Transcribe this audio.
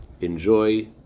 enjoy